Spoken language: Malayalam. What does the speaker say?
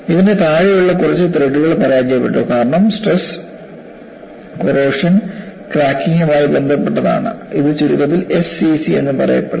ഇത് താഴെയുള്ള കുറച്ച് ത്രെഡുകൾ പരാജയപ്പെട്ടു കാരണം സ്ട്രെസ് കോറോഷെൻ ക്രാക്കിംഗുമായി ബന്ധപ്പെട്ടതാണ് ഇത് ചുരുക്കത്തിൽ SCC എന്ന് പറയപ്പെടുന്നു